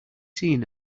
seen